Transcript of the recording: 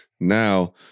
now